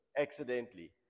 accidentally